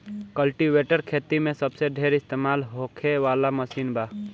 cultivator खेती मे सबसे ढेर इस्तमाल होखे वाला मशीन बा